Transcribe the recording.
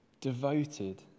devoted